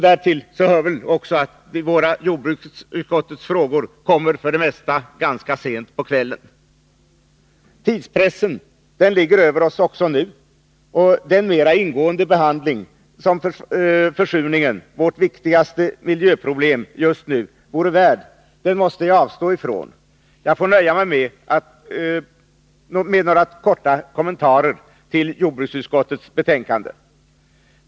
Därtill måste väl också läggas att jordbruksutskottets frågor för det mesta kommer upp till behandling ganska sent på kvällen. Tidspressen ligger över oss också nu. Den mera ingående behandling som frågan om försurningen — vårt viktigaste miljöproblem just nu — vore värd, måste jag avstå från. Jag får därför nöja mig med några korta kommentarer till jordbruksutskottets betänkande.